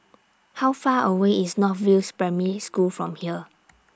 How Far away IS North View Primary School from here